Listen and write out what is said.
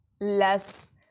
less